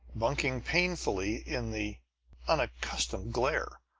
bunking painfully in the unaccustomed glare.